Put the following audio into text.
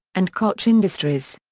and koch industries.